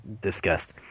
discussed